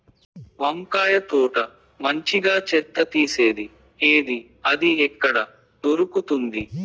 వంకాయ తోట మంచిగా చెత్త తీసేది ఏది? అది ఎక్కడ దొరుకుతుంది?